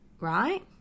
Right